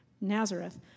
Nazareth